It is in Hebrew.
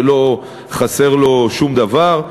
שלא חסר לו שום דבר,